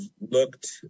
looked